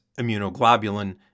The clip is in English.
immunoglobulin